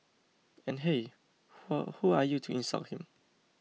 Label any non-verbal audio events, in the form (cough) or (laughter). and hey (unintelligible) who are you to insult him